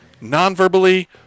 non-verbally